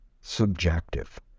subjective